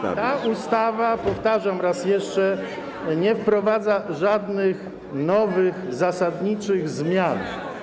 Ta ustawa, powtarzam raz jeszcze, nie wprowadza żadnych nowych zasadniczych zmian.